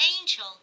angel